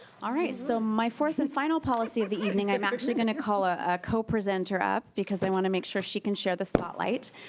alright, so my fourth and final policy of the evening, i'm actually going to call a co-presenter up because i want to make sure she can share the spotlight.